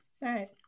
right